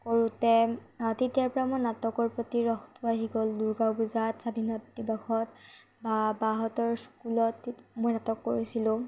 কৰোঁতে তেতিয়াৰ পৰাই মোৰ নাটকৰ প্ৰতি ৰসটো আহি গ'ল দুৰ্গা পূজাত স্বাধীনতা দিৱসত বা বাহঁতৰ স্কুলত মই নাটক কৰিছিলো